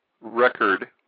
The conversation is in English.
record